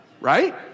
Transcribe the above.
right